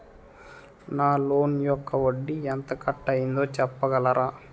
నా లోన్ యెక్క వడ్డీ ఎంత కట్ అయిందో చెప్పగలరా?